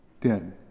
dead